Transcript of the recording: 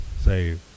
say